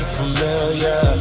familiar